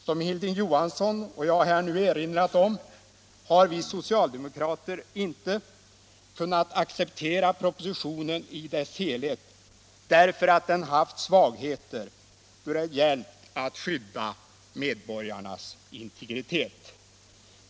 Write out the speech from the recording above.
Som Hilding Johansson och jag nu erinrat om har vi socialdemokrater inte kunnat acceptera propositionen i dess helhet därför att den haft svagheter då det gällt att skydda medborgarnas integritet.